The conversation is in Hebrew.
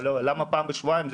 אבל למה פעם בשבועיים?